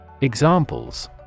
Examples